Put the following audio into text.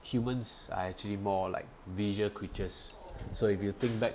humans are actually more like visual creatures so if you think back